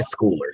schoolers